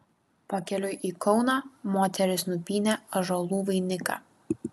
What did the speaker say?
pakeliui į kauną moterys nupynė ąžuolų vainiką